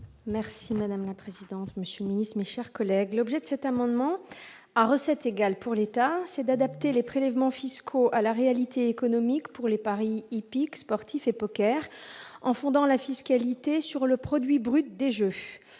Merci madame la présidente, machinisme, chers collègues, l'objet de cet amendement à recettes égale pour l'État, c'est d'adapter les prélèvements fiscaux à la réalité économique pour les paris hippiques, sportifs et Poker en fondant la fiscalité sur le produit brut des jeux,